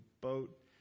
boat